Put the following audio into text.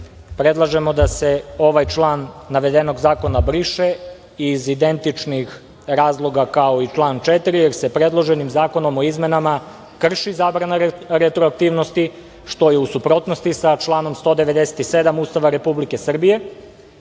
Predlažemo da se ovaj član navedenog zakona briše, iz identičnih razloga kao i član 4, jer se predloženim Zakonom o izmenama krši zabrana retroaktivnosti, što je u suprotnosti sa članom 197. Ustava Republike Srbije,